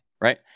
right